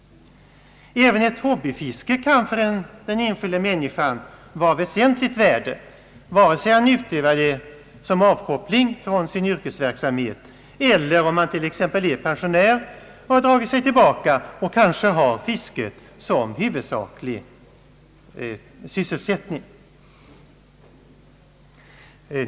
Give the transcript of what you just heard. Även ett hobbyfiske kan vara av ett väsentligt värde för den enskilda människan, vare sig han utövar det som avkoppling från sin verksamhet eller om han t.ex. är pensionär, har dragit sig tillbaka och kanske har fiske som huvudsaklig sysselsättning.